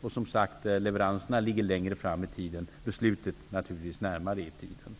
Leveranserna ligger, som sagt, längre fram i tiden och beslutet, naturligtvis, närmare i tiden.